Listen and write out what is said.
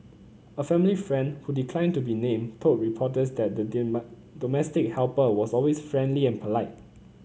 a family friend who declined to be named told reporters that the domestic helper was always friendly and polite